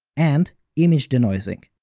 and image denoising.